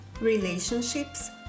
relationships